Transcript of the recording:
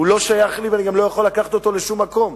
הוא לא שייך לי ואני גם לא יכול לקחת אותו לשום מקום,